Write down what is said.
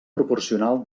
proporcional